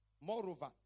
Moreover